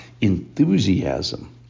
enthusiasm